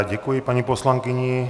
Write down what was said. Děkuji paní poslankyni.